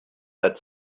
that